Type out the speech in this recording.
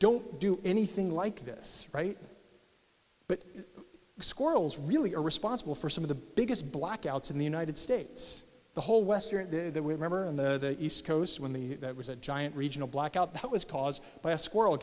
don't do anything like this right but squirrels really are responsible for some of the biggest blackouts in the united states the whole western day that we remember in the east coast when the that was a giant regional blackout that was caused by a squirrel